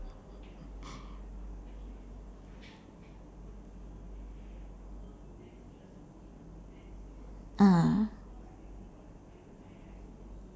ah